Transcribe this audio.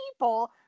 people